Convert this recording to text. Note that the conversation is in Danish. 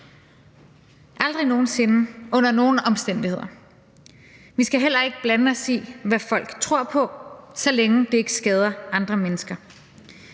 aldrig nogen sinde under nogen omstændigheder. Vi skal heller ikke blande os i, hvad folk tror på, så længe det ikke skader andre mennesker.